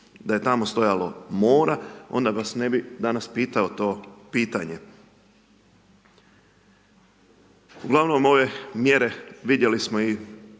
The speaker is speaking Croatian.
Da je tamo stajalo mora, onda vas ne bi danas pitao to pitanje. Ugl. ove mjere vidjeli smo i